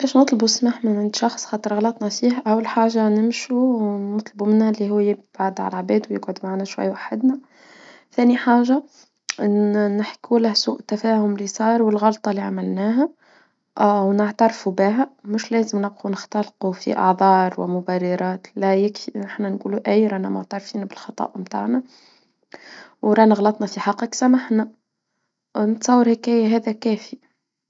باش نطلبو السماح من عند شخص، خاطر غلطنا في، أول حاجة نمشو و نطلبو منها، اللي هو يبعد على العباد، و يقعد معانا شوية وحدنا، ثاني حاجة إن نحكوا له سوء التفاهم إللي صار، والغلطة إللي عملناها، ونعترفوا بها، مش لازم نبقى نختلقوا في أعذار ومبررات، لا يكفي، إن نحنا نقولوا أي رنا ما تعرفين بالخطأ متاعنا، ورانا غلطنا في حقك، سمحنا نتصور هيكي هذا كافي.